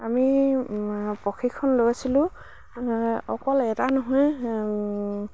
আমি প্ৰশিক্ষণ লৈছিলোঁ অকল এটা নহয়